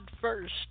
first